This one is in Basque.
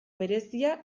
berezia